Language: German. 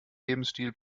lebensstil